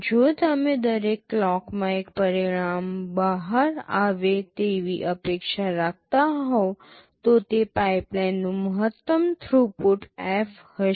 જો તમે દરેક ક્લોકમાં એક પરિણામ બહાર આવે તેવી અપેક્ષા રાખતા હોવ તો એ પાઇપલાઇનનું મહત્તમ થ્રુપુટ f હશે